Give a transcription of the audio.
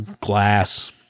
glass